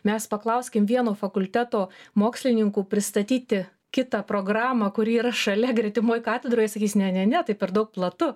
mes paklauskim vieno fakulteto mokslininkų pristatyti kitą programą kuri yra šalia gretimoj katedroj sakys ne ne ne tai per daug platu